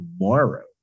tomorrow